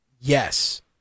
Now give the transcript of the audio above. Yes